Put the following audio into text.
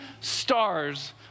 stars